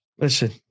Listen